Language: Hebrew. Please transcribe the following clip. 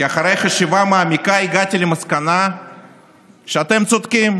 כי אחרי חשיבה מעמיקה הגעתי למסקנה שאתם צודקים.